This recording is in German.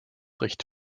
recht